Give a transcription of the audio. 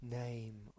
name